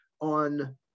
on